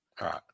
Right